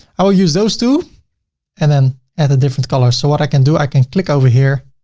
i will use those two and then add a different color. so what i can do, i can click over here